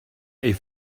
est